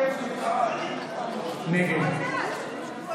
נגד מתנגד לגזען.